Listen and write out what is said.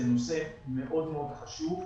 זה נושא מאוד מאוד חשוב.